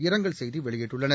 இரங்கல் செய்தி வெளியிட்டுள்ளனர்